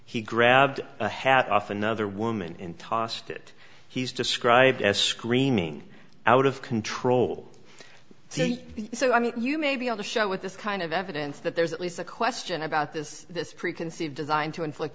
he grabbed a hat off another woman and tossed it he is described as screaming out of control so i mean you may be on the show with this kind of evidence that there is at least a question about this this preconceived designed to inflict